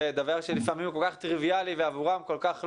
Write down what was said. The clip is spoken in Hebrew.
דבר שלפעמים הוא כל כך טריוויאלי ועבורם כל כך לא.